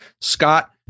Scott